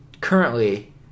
currently